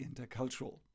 Intercultural